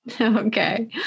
Okay